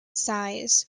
size